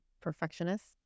perfectionists